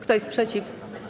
Kto jest przeciw?